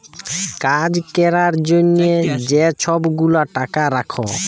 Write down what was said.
কাজ ক্যরার জ্যনহে যে ছব গুলা টাকা রাখ্যে